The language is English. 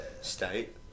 state